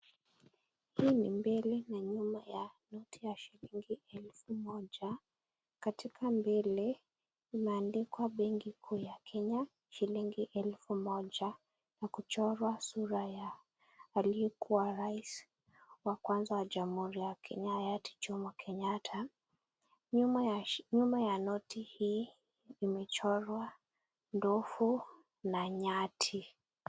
Hii ni mbele an nyuma ya noti ya shilingi elfu moja. Katika mbele, imeandikwa benki kuu ya Kenya, shilingi elfu moja na kuchorwa sura ya aliyekuwa rais wa kwanza wa jamhuri ya Kenya, hayati Jomo Kenyatta. Nyuma ya noti hii imechorwa ndovu na nyati.